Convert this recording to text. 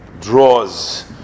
draws